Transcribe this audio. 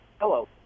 Hello